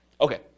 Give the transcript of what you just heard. okay